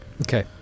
Okay